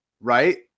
right